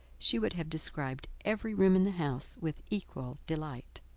she would have described every room in the house with equal delight.